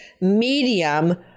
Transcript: medium